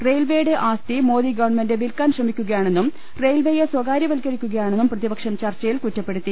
റെയിൽവെയുടെ ആസ്തി മോദി ഗവൺമെന്റ് വിൽക്കാൻ ശ്രമി ക്കുകയാണെന്നും റെയിൽവെയെ സ്വകാര്യ വൽക്കരിക്കുകയാ ണെന്നും പ്രതിപക്ഷം ചർച്ചയിൽ കുറ്റപ്പെടുത്തി